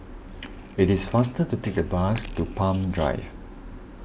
it is faster to take the bus to Palm Drive